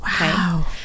Wow